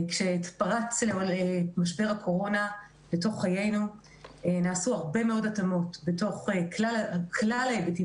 כשפרץ משבר הקורונה לתוך חיינו נעשו הרבה מאוד התאמות בתוך כלל ההיבטים